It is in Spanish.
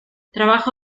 trabajo